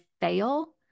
fail